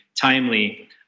timely